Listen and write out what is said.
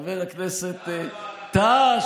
חבר הכנסת טאהא,